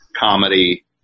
comedy